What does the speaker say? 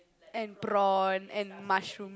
and prawn and mushroom